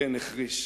כן, החריש.